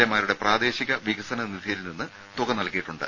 എമാരുടെ പ്രാദേശിക വികസന നിധിയിൽ നിന്ന് തുക നൽകിയിട്ടുണ്ട്